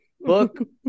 book